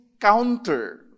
counter